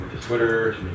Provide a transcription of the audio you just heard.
Twitter